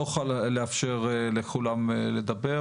אני מודע לכך שהליכי האכיפה הם קשים בנקודות האלה,